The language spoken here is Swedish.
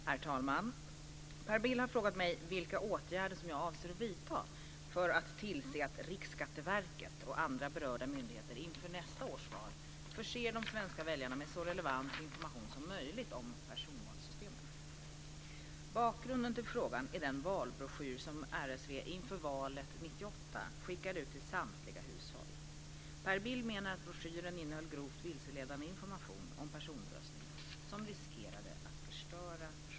Herr talman! Per Bill har frågat mig vilka åtgärder som jag avser att vidta för att tillse att Riksskatteverket och andra berörda myndigheter inför nästa års val förser de svenska väljarna med så relevant information som möjligt om personvalssystemen. Bakgrunden till frågan är den valbroschyr som RSV inför valet 1998 skickade ut till samtliga hushåll. Per Bill menar att broschyren innehöll grovt vilseledande information om personröstning som riskerade att förstöra personvalet.